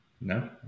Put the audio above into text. no